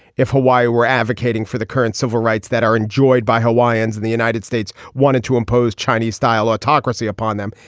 if hawaii were advocating for the current civil rights that are enjoyed by hawaiians in the united states wanted to impose chinese style autocracy upon them.